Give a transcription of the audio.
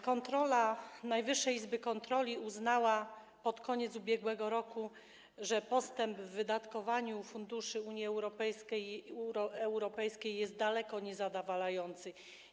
Kontrola Najwyższej Izby Kontroli uznała pod koniec ubiegłego roku, że postęp w wydatkowaniu funduszy Unii Europejskiej jest daleko niezadowalający.